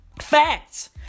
Facts